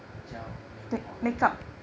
gel nail polish